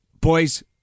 Boys